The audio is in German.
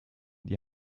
die